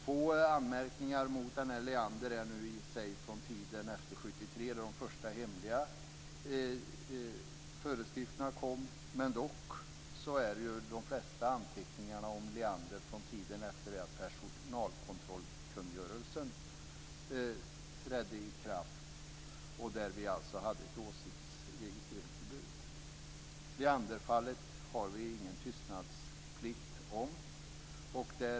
Få anmärkningar mot Leander är från tiden efter 1973, när de första hemliga föreskrifterna kom. Men dock är de flesta anteckningarna om Leander från tiden efter det att personalkungörelsen trädde i kraft, och där vi alltså hade ett åsiktsregistreringsförbud. Leanderfallet har vi ingen tystnadsplikt om.